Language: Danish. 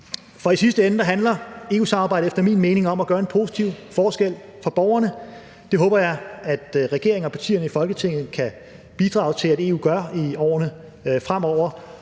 For i sidste ende handler i EU-samarbejdet efter min mening om at gøre en positiv forskel for borgerne. Det håber jeg at regeringen og partierne i Folketinget kan bidrage til at EU gør i årene fremover.